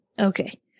Okay